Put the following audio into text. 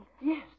Yes